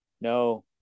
no